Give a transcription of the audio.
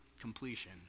completion